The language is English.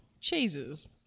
cheeses